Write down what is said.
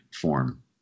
form